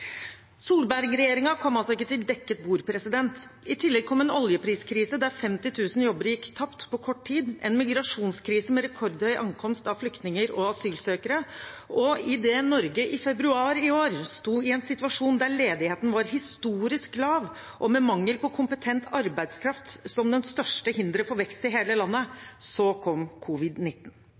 kom altså ikke til dekket bord. I tillegg kom en oljepriskrise, der 50 000 jobber gikk tapt på kort tid, og en migrasjonskrise med rekordhøy ankomst av flyktninger og asylsøkere. Og idet Norge i februar i år sto i en situasjon der ledigheten var historisk lav og med mangel på kompetent arbeidskraft som det største hinderet for vekst i hele landet, kom